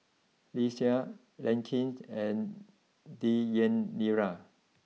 Lesia Larkin and Deyanira